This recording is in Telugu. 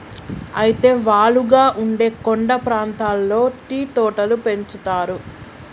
అయితే వాలుగా ఉండే కొండ ప్రాంతాల్లో టీ తోటలు పెంచుతారు